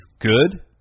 good